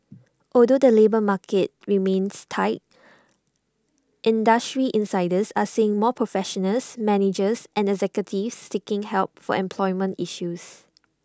although the labour market remains tight industry insiders are seeing more professionals managers and executives seeking help for employment issues